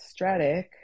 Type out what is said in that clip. stratic